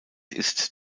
ist